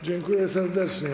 Dziękuję serdecznie.